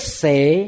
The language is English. say